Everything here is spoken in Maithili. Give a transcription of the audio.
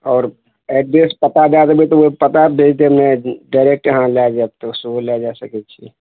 आओर एड्रेस पता दै देबै तऽ ओ पता भेज देब ने डायरेक्ट अहाँ लए जायब तऽ सेहो लए जा सकय छी